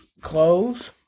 Clothes